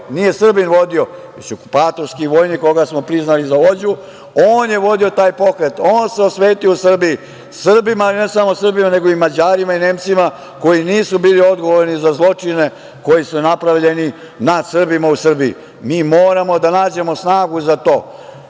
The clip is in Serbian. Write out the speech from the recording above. nije Srbin vodio, već okupatorski vojnik koga smo priznali za vođu, on je vodio taj pokret, on se osvetio Srbima, nego i Mađarima i Nemcima, koji nisu bili odgovorni za zločine, koji su napravljeni nad Srbima u Srbiji. Mi moramo da nađemo snagu za to.